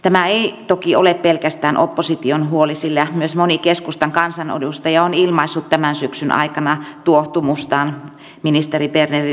tämä ei toki ole pelkästään opposition huoli sillä myös moni keskustan kansanedustaja on ilmaissut tämän syksyn aikana tuohtumustaan ministeri bernerin ehdotuksille